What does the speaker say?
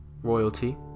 Royalty